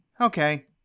okay